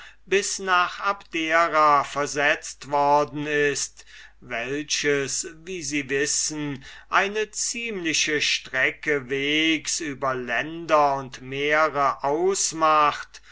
bis nach abdera versetzt worden welches wie sie wissen eine ziemliche strecke wegs über länder und meere ausmacht